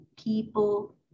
people